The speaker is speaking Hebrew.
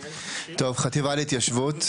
טוב, החטיבה להתיישבות.